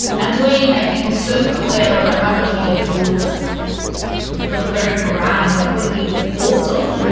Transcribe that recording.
and duane, i think, was so clear about how much he adored the very ground that whitney walked on.